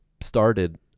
started